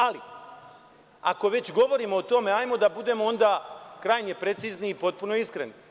Ali, ako već govorimo o tome, hajde da budemo onda krajnje precizni i potpuno iskreni.